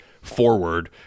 forward